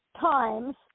times